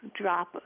drop